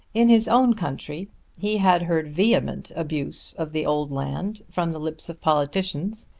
in his own country he had heard vehement abuse of the old land from the lips of politicians,